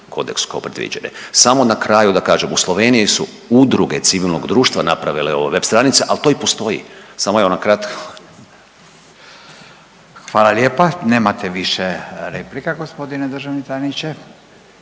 kodeksu kao predviđene, samo na kraju da kažem, u Sloveniji su udruge civilnog društva napravile ove web stranice, ali to i postoji, samo evo na kratko. **Radin, Furio (Nezavisni)** Hvala lijepa. Nemate više replika, g. državni tajniče.